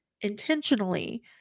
intentionally